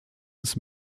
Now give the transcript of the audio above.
des